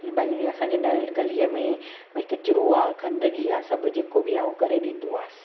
भई असांखे हिन गलीअ में भई कचिरो आहे गंदगी आहे सभु जेको बि आहे उहो करे ॾींदो आहे